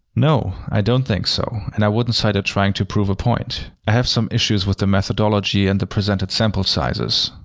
no, i don't think so and i wouldn't cite it trying to prove a point. i have some issues with the methodology and the presented sample sizes.